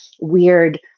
weird